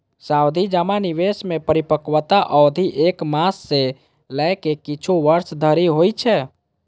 सावाधि जमा निवेश मे परिपक्वता अवधि एक मास सं लए के किछु वर्ष धरि होइ छै